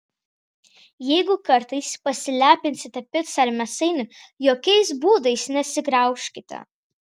jeigu kartais pasilepinsite pica ar mėsainiu jokiais būdais nesigraužkite